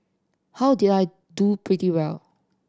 how did I do pretty well